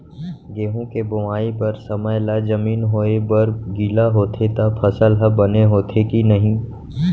गेहूँ के बोआई बर समय ला जमीन होये बर गिला होथे त फसल ह बने होथे की नही?